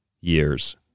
year's